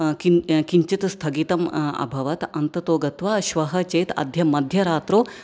किञ्च् किञ्चित् स्थगितम् अभवत् अन्ततो गत्वा श्वः चेत् अद्य मध्यरात्रौ